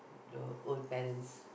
the old parents